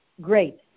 Great